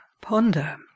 ponder